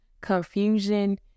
confusion